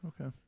okay